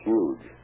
Huge